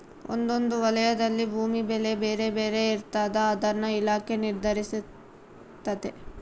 ಒಂದೊಂದು ವಲಯದಲ್ಲಿ ಭೂಮಿ ಬೆಲೆ ಬೇರೆ ಬೇರೆ ಇರ್ತಾದ ಅದನ್ನ ಇಲಾಖೆ ನಿರ್ಧರಿಸ್ತತೆ